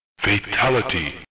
Fatality